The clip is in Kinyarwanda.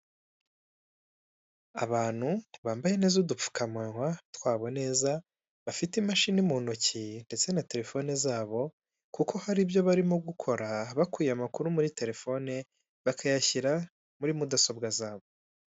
Abantu bambaye neza udupfukamunwa twabo neza bafite imashini mu ntoki ndetse na telefone zabo, kuko hari ibyo barimo gukora bakuye amakuru muri telefone, bakayashyira muri mudasobwa zabo.